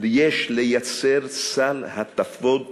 יש לייצר סל הטבות ייחודי.